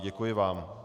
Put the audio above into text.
Děkuji vám.